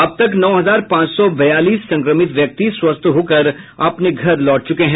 प्रदेश में नौ हजार पांच सौ बयालीस संक्रमित व्यक्ति स्वस्थ होकर अपने घर लौट चुके हैं